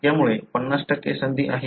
त्यामुळे 50 संधी आहे